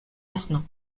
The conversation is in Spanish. asno